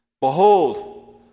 Behold